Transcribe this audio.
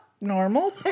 normal